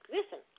Listen